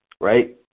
Right